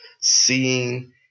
seeing